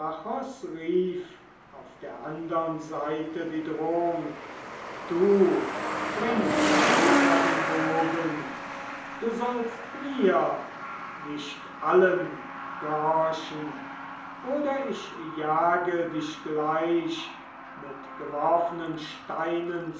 auf der andern seite die drohung du bring weiter den bogen du sollst mir nicht allen gehorchen oder ich jage dich gleich mit geworfenen steinen